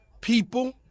people